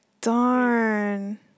Darn